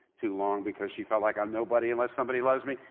too long because she felt like, i'm nobody unless somebody loves me.